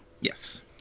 Yes